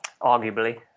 arguably